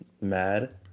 mad